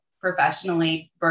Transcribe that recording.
professionally